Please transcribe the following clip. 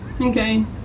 Okay